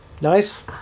Nice